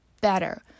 better